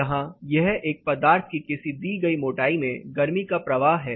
यहाँ यह एक पदार्थ की किसी दी गई मोटाई में गर्मी का प्रवाह है